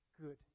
good